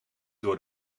door